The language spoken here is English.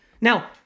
Now